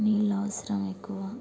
నీళ్ళు అవసరం ఎక్కువ